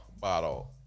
bottle